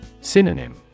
Synonym